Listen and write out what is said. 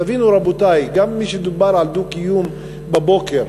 תבינו, רבותי, גם משדובר על דו-קיום בבוקר,